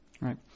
Right